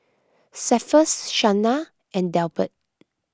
Cephus Shana and Delbert